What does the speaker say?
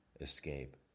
escape